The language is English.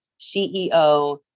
CEO